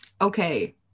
Okay